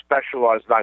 specialized